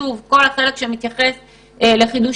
כל החלק שמתייחס לחידוש